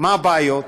מה הבעיות?